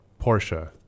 Porsche